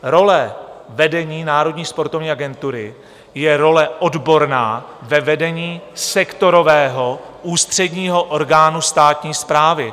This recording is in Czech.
Role vedení Národní sportovní agentury je role odborná ve vedení sektorového ústředního orgánu státní správy.